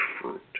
fruit